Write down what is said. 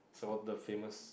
it's all the famous